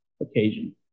occasion